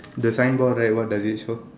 the signboard right what does it show